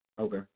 Okay